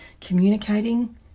communicating